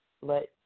let